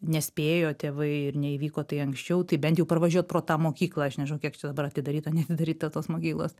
nespėjo tėvai ir neįvyko tai anksčiau tai bent jau pravažiuot pro tą mokyklą aš nežinau kiek čia dabar atidaryta neatidaryta tos mokyklos